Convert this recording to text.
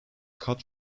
cut